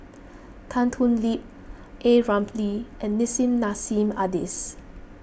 Tan Thoon Lip A Ramli and Nissim Nassim Adis